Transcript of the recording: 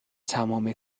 تمام